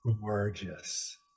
gorgeous